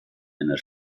einer